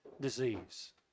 disease